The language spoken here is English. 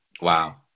Wow